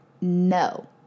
no